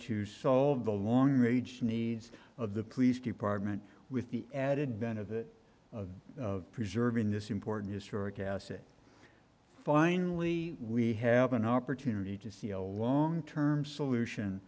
to solve the long range needs of the police department with the added benefit of preserving this important historic asset finally we have an opportunity to see a long term solution